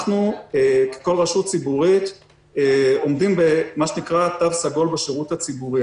אנחנו ככל רשות ציבורית עומדים בתו הסגול בשירות הציבורי.